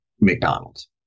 McDonald's